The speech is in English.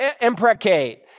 imprecate